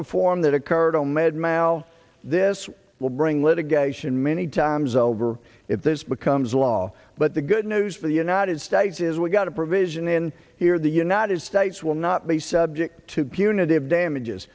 reform that occurred on mad mile this will bring litigation many times over if this becomes law but the good news for the united states is we've got a provision in here the united states will not be subject to punitive damages